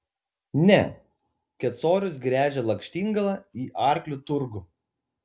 ne kecorius gręžia lakštingalą į arklių turgų